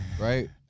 right